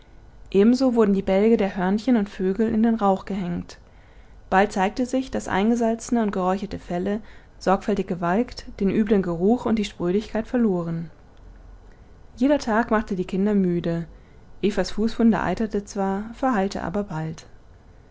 ebenso wurden die bälge der hörnchen und vögel in den rauch gehängt bald zeigte sich daß eingesalzene und geräucherte felle sorgfältig gewalkt den üblen geruch und die sprödigkeit verloren jeder tag machte die kinder müde evas fußwunde eiterte zwar verheilte aber bald